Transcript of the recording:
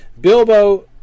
Bilbo